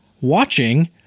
watching